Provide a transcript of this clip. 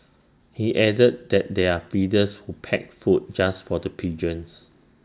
he added that there are feeders who pack food just for the pigeons